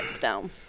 down